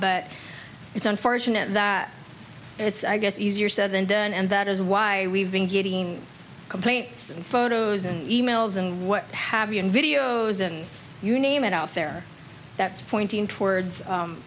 but it's unfortunate that it's i guess easier said than done and that is why we've been getting complaints and photos and e mails and what have you and videos and you name it out there that's pointing towards